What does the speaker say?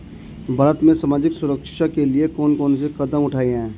भारत में सामाजिक सुरक्षा के लिए कौन कौन से कदम उठाये हैं?